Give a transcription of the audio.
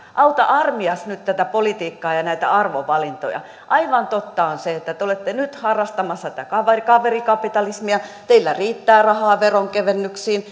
auta armias nyt tätä politiikkaa ja ja näitä arvovalintoja aivan totta on se että te olette nyt harrastamassa tätä kaverikapitalismia teillä riittää rahaa veronkevennyksiin